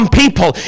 people